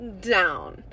down